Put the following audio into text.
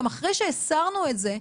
גם אחרי שהסרנו את זה,